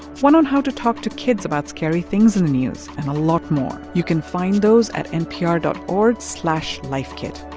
one on how to talk to kids about scary things in the news and a lot more. you can find those at npr dot org slash lifekit.